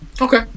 okay